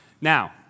Now